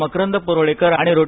मकरंद परुळेकर आणि रो